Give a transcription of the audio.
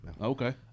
okay